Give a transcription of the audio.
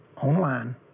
online